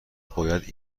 باید